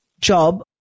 job